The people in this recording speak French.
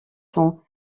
sont